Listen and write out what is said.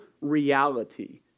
reality